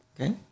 okay